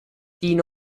دین